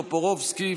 בועז טופורובסקי,